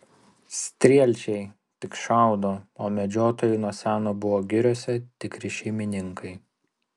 strielčiai tik šaudo o medžiotojai nuo seno buvo giriose tikri šeimininkai